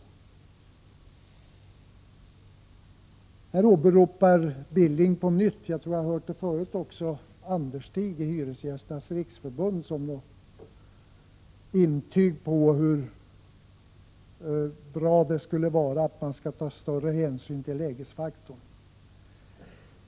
Knut Billing åberopar på nytt — jag tror jag har hört honom göra det även tidigare — Lars Anderstig i Hyresgästernas riksförbund som en garant för att det skulle vara bra att ta större hänsyn till lägesfaktorn.